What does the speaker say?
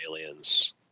aliens